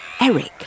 Eric